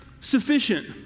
sufficient